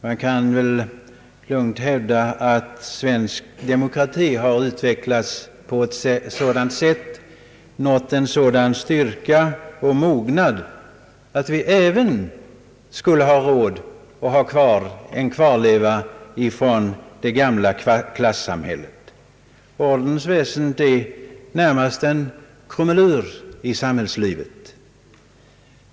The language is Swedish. Man kan lugnt hävda att svensk demokrati utvecklats på ett sådant sätt och nått en sådan styrka och mognad att vi i och för sig kunde ha råd att behålla en sådan kvarleva från det gamla klassamhället. Ordensväsendet är närmast en krumelur i samhällslivet.